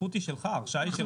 הזכות היא שלך, ההרשאה היא שלך.